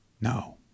No